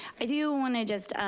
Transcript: i do want to just,